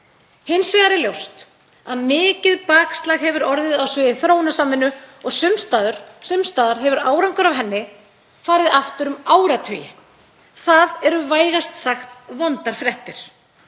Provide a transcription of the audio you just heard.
Hins vegar er ljóst að mikið bakslag hefur orðið á sviði þróunarsamvinnu og sums staðar hefur árangur af henni farið aftur um áratugi. Það eru vægast sagt vondar fréttir.